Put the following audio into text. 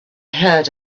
heard